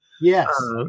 Yes